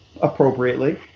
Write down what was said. appropriately